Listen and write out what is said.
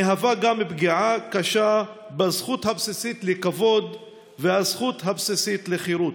מהווה גם פגיעה קשה בזכות" הבסיסית לכבוד והזכות הבסיסית לחירות,